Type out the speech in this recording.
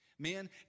Men